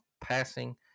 passing